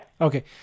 Okay